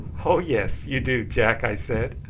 oh yes! you do, jack, i said.